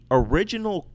original